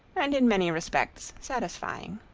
and in many respects satisfying.